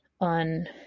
on